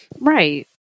Right